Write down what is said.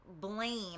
blame